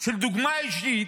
של דוגמה אישית